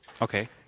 Okay